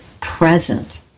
present